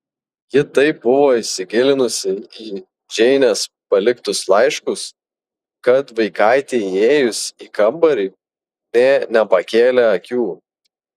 ji taip buvo įsigilinusi į džeinės paliktus laiškus kad vaikaitei įėjus į kambarį nė nepakėlė akių